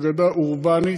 אגדה אורבנית,